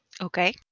Okay